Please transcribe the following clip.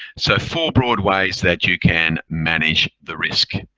so four broad ways that you can manage the risk.